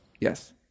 Yes